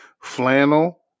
flannel